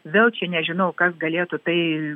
vėl čia nežinau kas galėtų tai